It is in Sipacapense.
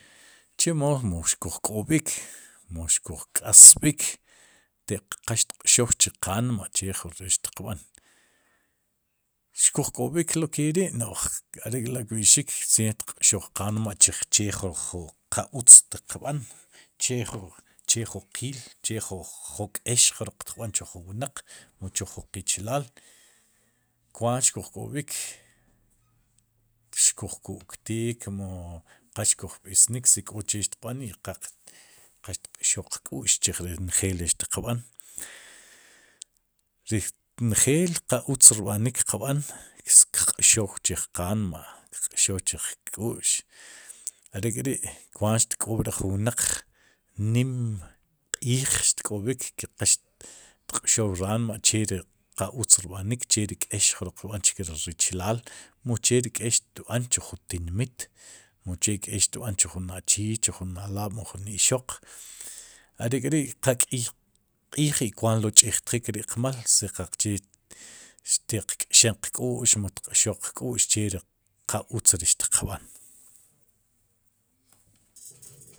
Chemo mu xkuj k'ob'ik mu xkuj k'osb'ik te'q qa xtq'xow chij qanma' che jun ri xtiqb'an, xkuj k'ob'ik lo keri'no'j are'k'la' kb'i'xik kq'xow qanma' chij che ju ju qa utz tiq b'an che jun q'iil che ju k'eex jroq tiq b'aan chu ju wnaq, mu chu ju qichilaal, kwaat xkuj k'ob'ik, xkuj ku'ktiik, mu qa xkuj b'iisniik si k'o che xtiq b'aan i qa qaxt'xoe qk'u'x chij ri njeel ri xtiq b'an, ri njeel ri qa utz rb'anik qb'an, kq'xow chij qanma', kq'xow chij qk'u'x are'k'ri'kwaat xtk'oob're' jun wnaq nimq'iij xtk'ob'ik qa xtq'xow ra'nma' che ri qa utz rb'anik che ri k'eex jroq tb'an chki ri richilaal mu che ri k'eex tb'an chu ri jun tinmiit, mu che k'eex jroq tb'an chu jun achii, chu jun alab'mu chu jun ixoq are'k'ri qa k'iy q'iij i kwaat lo ich'jtjiq qmaal, si qaqche ti'q k'sa'qk'u'x mu tq'xoe qk'u'x che ri qa utz tiq b'an.